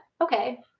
Okay